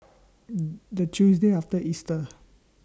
The Tuesday after Easter